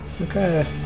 Okay